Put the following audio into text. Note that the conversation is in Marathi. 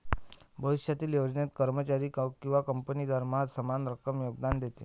भविष्यातील योजनेत, कर्मचारी किंवा कंपनी दरमहा समान रक्कम योगदान देते